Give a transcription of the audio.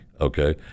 Okay